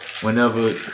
whenever